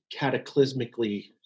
cataclysmically